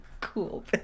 Cool